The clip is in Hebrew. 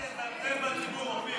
מה שאתם עושים, אל תזלזל בציבור, אופיר.